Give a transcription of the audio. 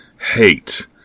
hate